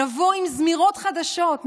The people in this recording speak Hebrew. נבוא עם זמירות חדשות,